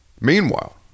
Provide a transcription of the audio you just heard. Meanwhile